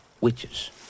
Witches